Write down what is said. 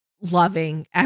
loving